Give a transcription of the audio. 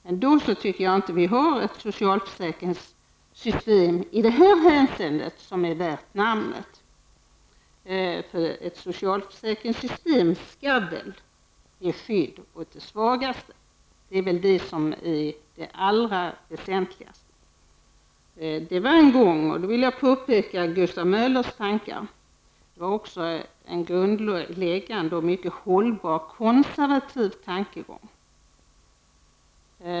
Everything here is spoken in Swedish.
Men då tycker jag inte att vi har ett socialförsäkringssystem värt namnet i det här hänseendet. Ett socialförsäkringssystem skall väl ge skydd åt de svagaste. Det är väl det mest väsentliga. Jag vill påpeka att det en gång var Gustav Möllers tankar. Det var också en grundläggande och mycket hållbar konservativ tankegång.